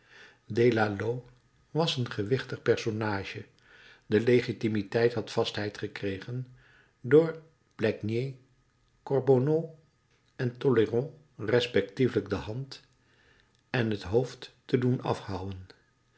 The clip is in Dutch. was een gewichtig personage de legitimiteit had vastheid gekregen door pleignier corbonneau en tolleron respectievelijk de hand en het hoofd te doen afhouwen